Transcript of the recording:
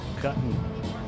Cutting